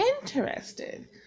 interested